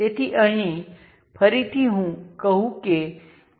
તેથી હવે આ વધુ વિસ્તૃત છે